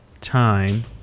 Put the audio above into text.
time